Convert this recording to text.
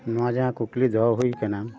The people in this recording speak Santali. ᱱᱚᱣᱟ ᱡᱟᱦᱟᱸ ᱠᱩᱠᱞᱤ ᱫᱚᱦᱚ ᱦᱩᱭᱟᱠᱟᱱᱟ